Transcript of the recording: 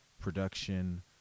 production